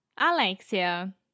Alexia